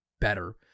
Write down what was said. better